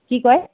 কি কয়